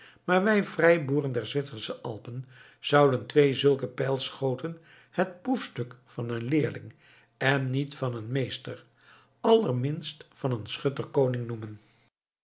maar wij vrijboeren der zwitsersche alpen zouden twee zulke pijlschoten het proefstuk van een leerling en niet van een meester allerminst van een schutter koning noemen